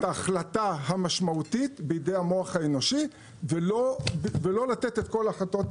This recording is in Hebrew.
ההחלטה המשמעותית בידי המוח האנושי ולא לתת את כל ההחלטות